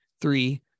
Three